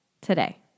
today